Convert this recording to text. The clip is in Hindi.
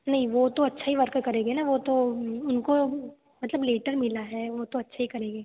नहीं वो तो अच्छा ही वर्क करेंगे ना वो तो उनको मतलब लेटर मिला है वो तो अच्छा ही करेंगे